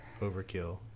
overkill